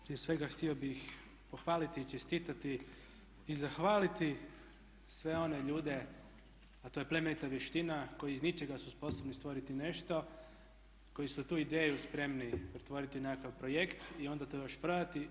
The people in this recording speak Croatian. Prije svega htio bih pohvaliti i čestitati i zahvaliti sve one ljude, a to je plemenita vještina koji iz ničega su sposobni stvoriti nešto, koji su tu ideju spremni pretvoriti u nekakav projekt i onda to još prodati.